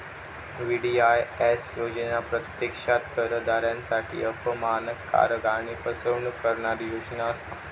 VDIS योजना प्रत्यक्षात करदात्यांसाठी अपमानकारक आणि फसवणूक करणारी योजना असा